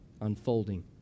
unfolding